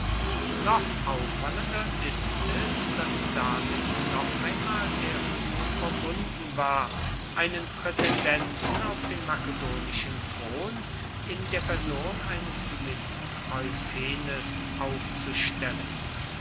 noch auffallender ist es daß damit noch einmal der versuch verbunden ward einen prätendenten auf den makedonischen thron in der person eines gewissen euphenes aufzustellen